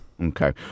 Okay